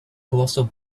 colossal